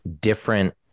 different